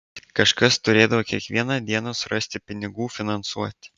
kažkas turėdavo kiekvieną dieną surasti pinigų finansuoti